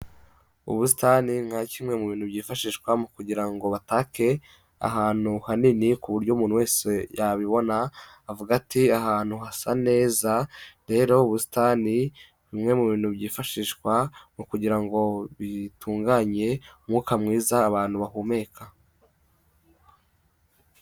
Ubusitani nka kimwe mu bintu byifashishwa kugira ngo batake ahantu hanini ku buryo umuntu wese yabibona, avuga ati ahantu hasa neza, rero ubusitani, bimwe mu bintu byifashishwa mu kugira ngo bitunganye umwuka mwiza abantu bahumeka.